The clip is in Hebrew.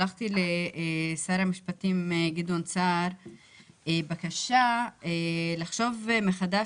שלחתי לשר המשפטים גדעון סער בקשה לחשוב מחדש